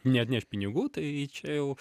neatneš pinigų tai čia jau